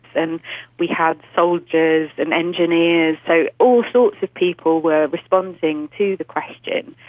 and we had soldiers and engineers, so all sorts of people were responding to the question.